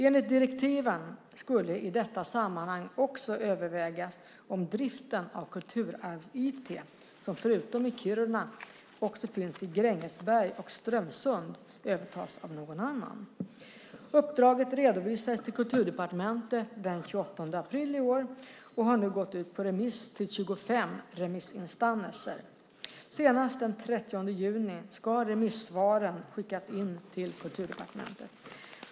Enligt direktiven skulle i detta sammanhang också övervägas om driften av Kulturarvs-IT, som förutom i Kiruna finns i Grängesberg och Strömsund, bör övertas av någon annan. Uppdraget redovisades till Kulturdepartementet den 28 april i år och har nu gått ut på remiss till 25 remissinstanser. Senast den 30 juni ska remissvaren skickas in till Kulturdepartementet.